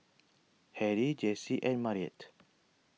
Harry Jessi and Marietta